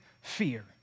fear